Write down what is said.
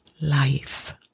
life